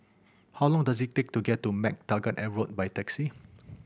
how long does it take to get to MacTaggart Road by taxi